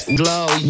glow